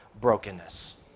brokenness